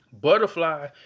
butterfly